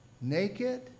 Naked